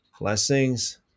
Blessings